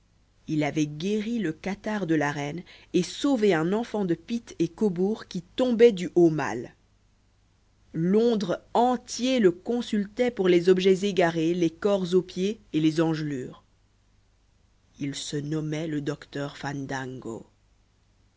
il avait guéri le catarrhe de la reine et sauvé un enfant de pitt et cobourg qui tombait du haut mal londres entier le consultait pour les objets égarés les cors aux pieds et les engelures il se nommait le docteur